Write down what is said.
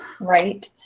Right